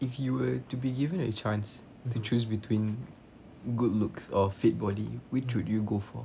if you were to be given a chance to choose between good looks or fit body which would you go for